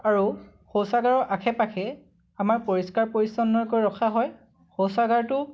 আৰু শৌচাগাৰৰ আশে পাশে আমাৰ পৰিষ্কাৰ পৰিচ্ছন্নকৈ ৰখা হয় শৌচাগাৰটো